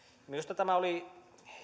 minusta oli